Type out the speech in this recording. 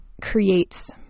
creates